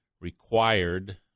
required